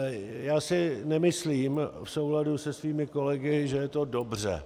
Já si nemyslím, v souladu se svými kolegy, že je to dobře.